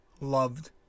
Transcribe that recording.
loved